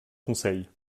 conseil